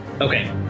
Okay